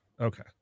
Okay